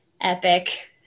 epic